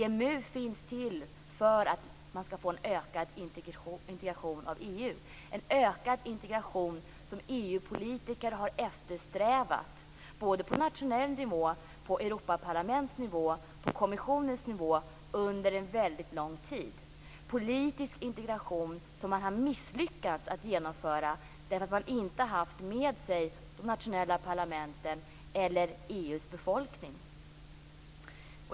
EMU finns till för att man skall få en ökad integration inom EU, en ökad integration som EU-politiker har eftersträvat på nationell nivå, på Europaparlamentsnivå och på kommissionens nivå under väldigt lång tid. Det är fråga om en politisk integration sedan man har misslyckats med att få med sig de nationella parlamenten, dvs. EU:s befolkning.